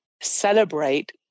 celebrate